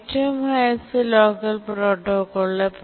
ഏറ്റവും highest locker പ്രോട്ടോക്കോളിലെHighest Locker Protocol